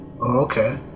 Okay